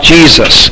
Jesus